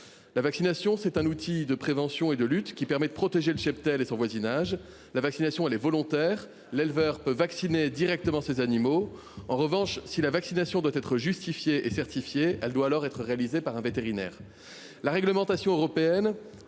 La vaccination est un outil de prévention et de lutte qui permet de protéger le cheptel et son voisinage. Elle est volontaire. L’éleveur peut vacciner directement ses animaux. En revanche, si elle doit être justifiée et certifiée, la vaccination doit alors être réalisée par un vétérinaire. La réglementation européenne